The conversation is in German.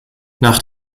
nach